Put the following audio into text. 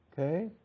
okay